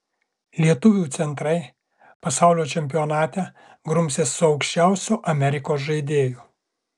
lietuvių centrai pasaulio čempionate grumsis su aukščiausiu amerikos žaidėju